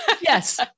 Yes